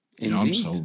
indeed